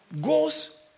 goes